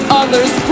others